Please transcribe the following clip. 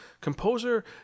composer